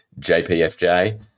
jpfj